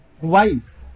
wife